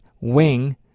wing